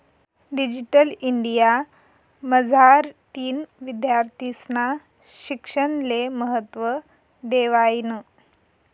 digital India मझारतीन विद्यार्थीस्ना शिक्षणले महत्त्व देवायनं